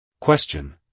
Question